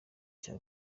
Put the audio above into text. cya